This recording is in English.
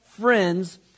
friends